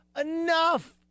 enough